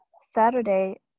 Saturday